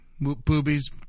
Boobies